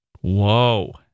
Whoa